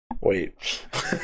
wait